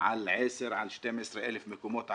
על 12,000 מקומות עבודה.